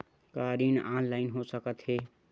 का ऋण ऑनलाइन हो सकत हे?